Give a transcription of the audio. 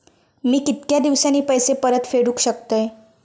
मी कीतक्या दिवसांनी पैसे परत फेडुक शकतय?